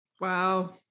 Wow